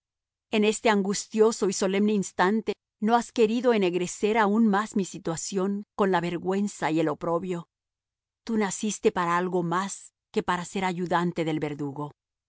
en este angustioso y solemne instante no has querido ennegrecer aún más mi situación con la vergüenza y el oprobio tú naciste para algo más que para ser ayudante del verdugo